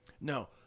no